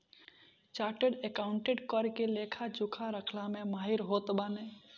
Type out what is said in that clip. chartered accountant कर के लेखा जोखा रखला में माहिर होत बाने